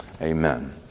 Amen